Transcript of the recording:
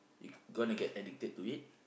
you gonna get addicted to it